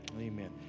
Amen